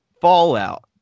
fallout